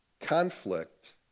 conflict